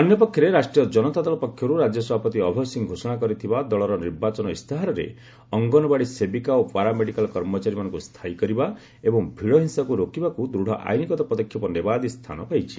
ଅନ୍ୟପକ୍ଷରେ ରାଷ୍ଟ୍ରୀୟ ଜନତା ଦଳ ପକ୍ଷରୁ ରାଜ୍ୟ ସଭାପତି ଅଭୟ ସିଂହ ଘୋଷଣା କରିଥିବା ଦଳର ନିର୍ବାଚନ ଇସ୍ତାହାରରେ ଅଙ୍ଗନବାଡ଼ି ସେବିକା ଓ ପାରାମେଡ଼ିକାଲ କର୍ମଚାରୀମାନଙ୍କୁ ସ୍ଥାୟୀ କରିବା ଏବଂ ଭିଡ଼ ହିଂସାକୁ ରୋକିବାକୁ ଦୃଢ଼ ଆଇନଗତ ପଦକ୍ଷେପ ନେବା ଆଦି ସ୍ଥାନ ପାଇଛି